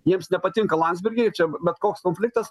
jiems nepatinka landsbergiai čia bet koks konfliktas